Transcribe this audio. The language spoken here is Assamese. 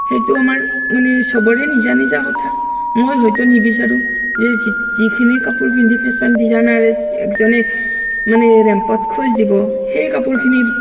সেইটো আমাৰ মানে চবৰে নিজা নিজা কথা মই হয়তো নিবিচাৰোঁ যে যিখিনি কাপোৰ পিন্ধি ফেশ্বন ডিজাইনাৰ একজনে মানে ৰেম্পত খোজ দিব সেই কাপোৰখিনি